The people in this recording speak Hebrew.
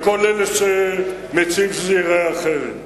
לכל אלה שמציעים שזה ייראה אחרת.